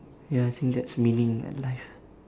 ya I think that's winning in life